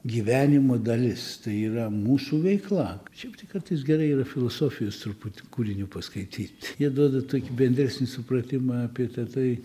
gyvenimo dalis tai yra mūsų veikla šiaip tai kartais gerai yra filosofijos truputi kūrinių paskaityt jie duoda tokį bendresnį supratimą apie tatai